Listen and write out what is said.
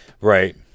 Right